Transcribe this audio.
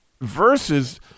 Versus